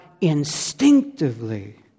instinctively